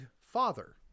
father